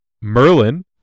Merlin